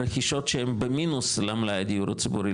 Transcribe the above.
רכישות שהן במינוס למלאי הדיור הציבורי,